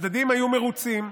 הצדדים היו מרוצים.